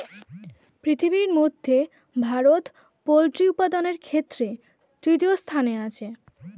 পৃথিবীর মধ্যে ভারত পোল্ট্রি উপাদানের ক্ষেত্রে তৃতীয় স্থানে আছে